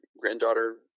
granddaughter